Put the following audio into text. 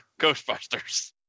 Ghostbusters